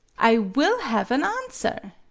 i will have an answer!